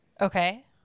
Okay